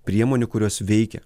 priemonių kurios veikia